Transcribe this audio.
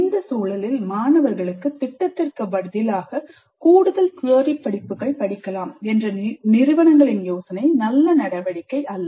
இந்த சூழலில் மாணவர்களுக்கு திட்டத்திற்கு பதிலாக கூடுதல் தியரி படிப்புகள் படிக்கலாம் என்ற நிறுவனங்களின் யோசனை நல்ல நடவடிக்கை அல்ல